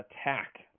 attack